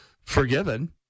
forgiven